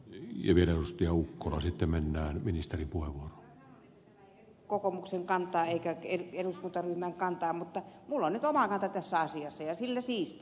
minä kyllä sanoin että tämä ei edusta kokoomuksen kantaa eikä eduskuntaryhmän kantaa mutta minulla on nyt oma kantani tässä asiassa ja sillä siisti